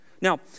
Now